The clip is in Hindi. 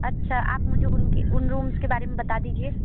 अच्छा आप मुझे उनके उन रूम्स बारे में बता दीजिए